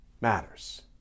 matters